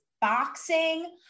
boxing